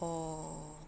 oh